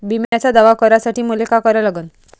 बिम्याचा दावा करा साठी मले का करा लागन?